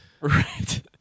right